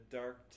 dark